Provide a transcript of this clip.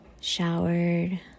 showered